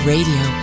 Radio